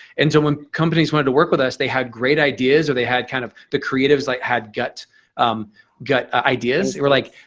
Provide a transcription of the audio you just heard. and so when companies wanted to work with us, they had great ideas or they had kind of the creatives like had gut gut ideas. they were like,